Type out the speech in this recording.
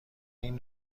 این